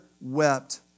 wept